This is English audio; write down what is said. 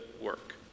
work